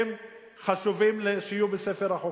שחשוב שהם יהיו בספר החוקים.